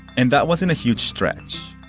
and that wasn't a huge stretch.